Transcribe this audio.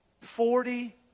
Forty